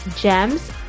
GEMS